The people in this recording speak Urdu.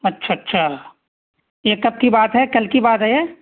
اچھا اچھا یہ کب کی بات ہے کل کی بات ہے یہ